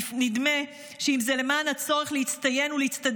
נדמה שאם זה למען הצורך להצטיין ולהצטדק